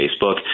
Facebook